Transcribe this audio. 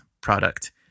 product